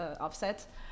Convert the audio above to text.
offset